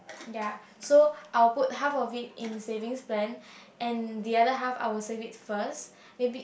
ya so I will put half of in savings plan and the other half I will save it first maybe